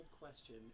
question